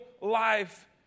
life